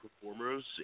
performers